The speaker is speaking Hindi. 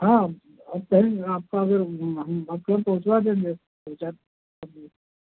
हाँ हम करेंगे आपका अगर हम आपके घर पहुँचवा देंगे पहुँचा